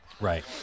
Right